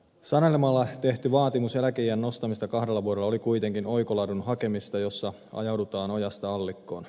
sanelemalla tehty vaatimus eläkeiän nostamisesta kahdella vuodella oli kuitenkin oikoladun hakemista jossa ajaudutaan ojasta allikkoon